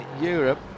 Europe